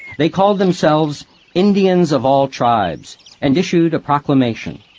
they called themselves indians of all tribes and issued a proclamation,